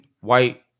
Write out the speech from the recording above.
white